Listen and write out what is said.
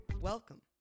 Welcome